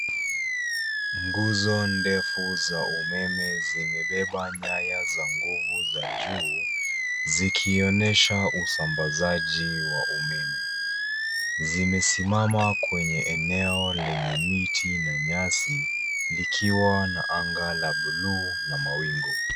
Nguzo ndefu za umeme zimebeba nyaya za nguvu za juu, zikionyesha usambazaji wa umeme. Zimesimama kwenye eneo lenye miti na nyasi, likiwa na anga la buluu na mawingu.